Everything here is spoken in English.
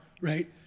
right